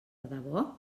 debò